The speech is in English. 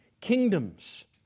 kingdoms